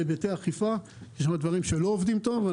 באכיפה כי יש שם דברים שלא עובדים טוב.